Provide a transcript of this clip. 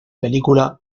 película